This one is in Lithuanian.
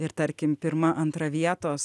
ir tarkim pirma antra vietos